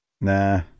nah